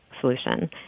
solution